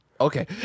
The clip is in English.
Okay